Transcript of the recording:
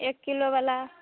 एक किलोवला